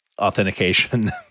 authentication